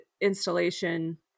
installation